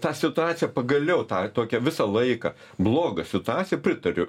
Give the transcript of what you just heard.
tą situaciją pagaliau tą tokią visą laiką blogą situaciją pritariu